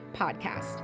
Podcast